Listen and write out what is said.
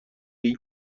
این